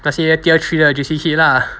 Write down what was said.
那些 tier three 的 J_C kid lah